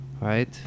Right